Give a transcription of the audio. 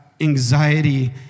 anxiety